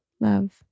love